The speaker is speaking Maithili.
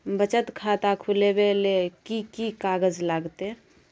बचत खाता खुलैबै ले कि की कागज लागतै?